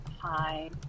Hi